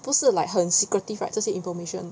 不是 like 很 secretive right 这些 information